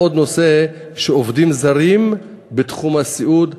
עוד נושא הוא עובדים זרים בתחום הסיעוד.